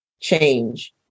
change